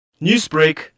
Newsbreak